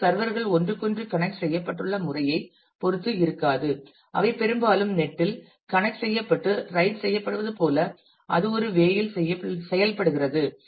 இது சர்வர் கள் ஒன்றுக்கொன்று கணக்ட் செய்யப்பட்டுள்ள முறையைப் பொறுத்து இருக்காது அவை பெரும்பாலும் நெட் இல் கணக்ட் செய்யப்பட்டு ரைட் செய்யப்படுவது போல அது ஒரு வே இல் செயல்படுகிறது